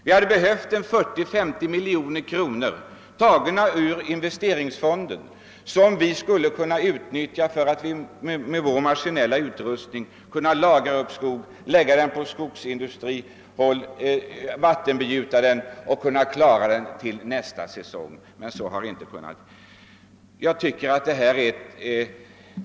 Vi hade behövt 40—50 miljoner kronor från investeringsfonden som vi skulle kunna utnyttja för att med vår maskinella utrustning lagra skog inom skogsindustrin, vattenbegjuta den och kunna klara den till nästa säsong.